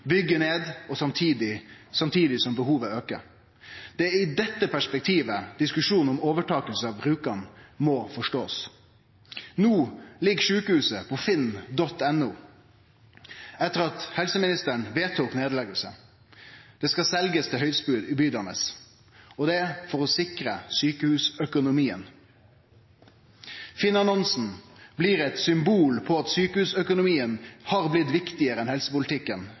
samtidig som behovet aukar. Det er i dette perspektivet diskusjonen om overtaking av Rjukan må bli forstått. No ligg sjukehuset på finn.no, etter at helseministeren vedtok nedlegging. Det skal seljast til høgstbydande. Det er for å sikre sjukehusøkonomien. Finn-annonsen blir eit symbol på at sjukehusøkonomien har blitt viktigare enn helsepolitikken